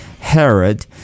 Herod